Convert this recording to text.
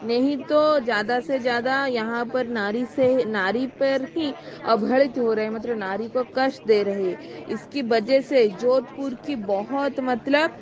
नहीं तो ज़्यादा से ज़्यादा यहाँ पर नारी से नारी पर ही अबहरित हो रहे है मतलब नारी को कष्ट दे रहे इसकी वजह से जोधपुर की बहुत मतलब